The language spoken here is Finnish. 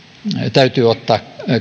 täytyy ottaa